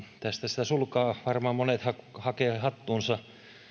tästä sitä sulkaa varmaan monet hakevat hattuunsa